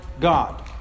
God